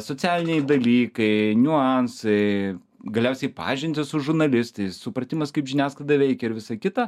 socialiniai dalykai niuansai galiausiai pažintys su žurnalistais supratimas kaip žiniasklaida veikia ir visa kita